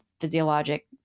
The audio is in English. physiologic